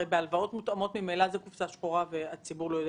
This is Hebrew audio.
הרי בהלוואות מותאמות זה ממילא קופסא שחורה שהציבור לא יודע.